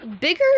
Bigger